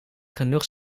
genoeg